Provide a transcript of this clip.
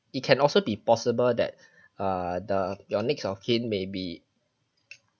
it can also be possible that uh the your next of kin may be